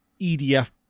edf